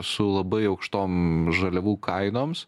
su labai aukštom žaliavų kainoms